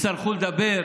יצטרכו לדבר